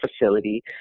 facility